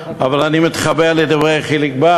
אבל אני מתחבר לדברי חיליק בר